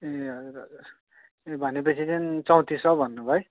ए हजुर हजुर ए भनेपछि चाहिँ चौँतिस सय भन्नुभयो है